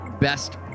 best